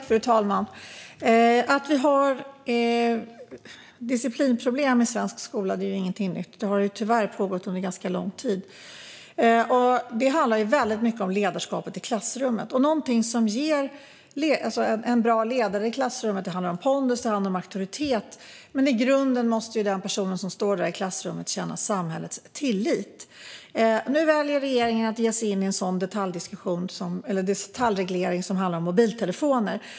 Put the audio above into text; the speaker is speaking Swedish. Fru talman! Att vi har disciplinproblem i svensk skola är ingenting nytt. Det har tyvärr pågått under lång tid. Det handlar väldigt mycket om ledarskapet i klassrummet. Att vara en bra ledare i klassrummet handlar om pondus och auktoritet. Men i grunden måste personen som står där i klassrummet känna samhällets tillit. Nu väljer regeringen att ge sig in i en detaljreglering som handlar om mobiltelefoner.